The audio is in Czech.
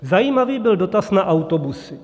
Zajímavý byl dotaz na autobusy.